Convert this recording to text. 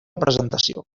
presentació